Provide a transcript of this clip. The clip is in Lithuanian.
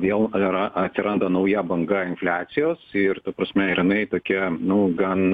vėl yra atsiranda nauja banga infliacijos ir ta prasme ir jinai tokia nu gan